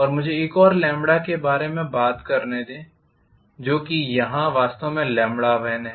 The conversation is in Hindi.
और मुझे एक और वेल्यू के बारे में बात करने दें जो कि यहाँ वास्तव में 1 है